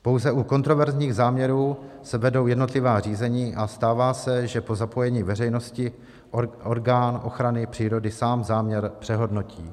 Pouze u kontroverzních záměrů se vedou jednotlivá řízení a stává se, že po zapojení veřejnosti orgán ochrany přírody sám záměr přehodnotí.